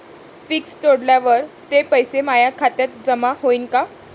Fix तोडल्यावर ते पैसे माया खात्यात जमा होईनं का?